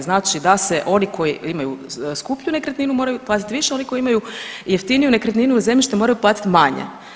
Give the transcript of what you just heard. Znači da se oni koji imaju skuplju nekretninu, moraju platiti više, oni koji imaju jeftiniju nekretninu ili zemljište moraju platiti manje.